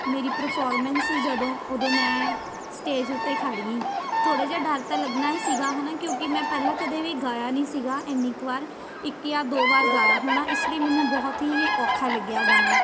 ਮੇਰੀ ਪਰਫੋਰਮੈਂਸ ਸੀ ਜਦੋਂ ਉਦੋਂ ਮੈਂ ਸਟੇਜ ਉੱਤੇ ਖੜ੍ਹ ਗਈ ਥੋੜ੍ਹਾ ਜਾ ਡਰ ਤਾਂ ਲੱਗਣਾ ਹੀ ਸੀਗਾ ਹੈ ਨਾ ਕਿਉਂਕਿ ਮੈਂ ਪਹਿਲਾਂ ਕਦੇ ਵੀ ਗਾਇਆ ਨਹੀਂ ਸੀਗਾ ਇੰਨੀ ਕੁ ਵਾਰ ਇੱਕ ਜਾਂ ਦੋ ਵਾਰ ਗਾਇਆ ਹੋਣਾ ਇਸ ਲਈ ਮੈਨੂੰ ਬਹੁਤ ਹੀ ਇਹ ਔਖਾ ਲੱਗਿਆ ਗਾਣਾ